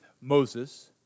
Moses